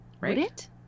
Right